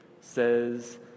says